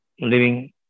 living